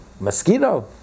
mosquito